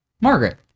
Margaret